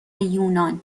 یونان